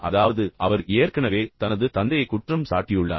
அதாவது அவர் ஏற்கனவே தனது தந்தையை குற்றம் சாட்டியுள்ளார்